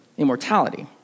immortality